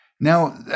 Now